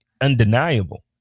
undeniable